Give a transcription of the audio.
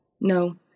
no